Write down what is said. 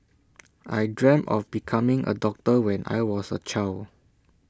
I dreamt of becoming A doctor when I was A child